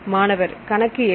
மாணவர் கணக்கு எடு